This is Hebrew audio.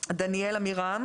דניאל עמירם